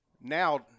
now